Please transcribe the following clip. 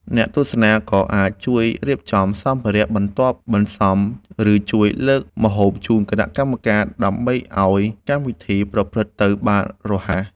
អ្នកទស្សនាក៏អាចជួយរៀបចំសម្ភារៈបន្ទាប់បន្សំ ឬជួយលើកម្ហូបជូនគណៈកម្មការ ដើម្បីឱ្យកម្មវិធីប្រព្រឹត្តទៅបានរហ័ស។